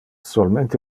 solmente